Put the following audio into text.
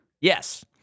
Yes